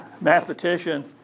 mathematician